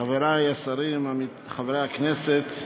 חברי השרים, חברי הכנסת,